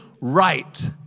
right